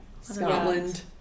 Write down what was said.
Scotland